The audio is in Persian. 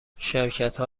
شرکتها